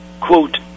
quote